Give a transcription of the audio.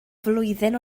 flwyddyn